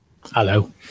Hello